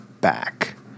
back